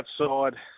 outside